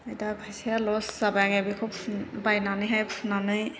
ओमफाय दा फैसाया लस जाबाय आंनिया बेखौ बायनानैहाय फुननानै